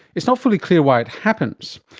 it's not fully clear why it happens.